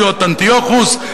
להיות אנטיוכוס,